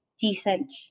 decent